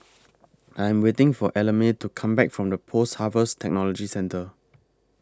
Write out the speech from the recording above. I Am waiting For Ellamae to Come Back from The Post Harvest Technology Centre